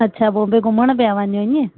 अच्छा बॉम्बे घुमणु पिया वञो इएं